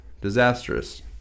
disastrous